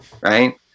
Right